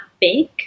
big